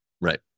right